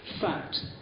Fact